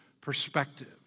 perspective